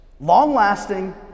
Long-lasting